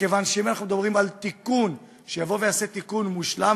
מכיוון שאם אנחנו מדברים על תיקון שיבוא ויעשה תיקון מושלם,